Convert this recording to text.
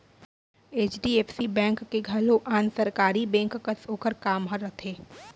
HDFC bank के घलौ आन सरकारी बेंक कस ओकर काम ह रथे